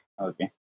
okay